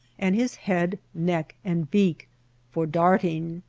and his head, neck, and beak for darting.